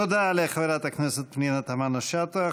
תודה לחברת הכנסת פנינה תמנו-שטה.